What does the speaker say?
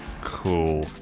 cool